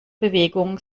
bewegung